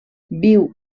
viu